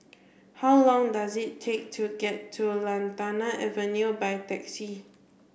how long does it take to get to Lantana Avenue by taxi